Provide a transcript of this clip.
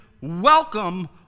welcome